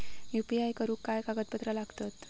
UPI करुक काय कागदपत्रा लागतत?